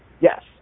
Yes